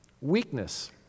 Weakness